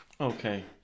Okay